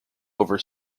over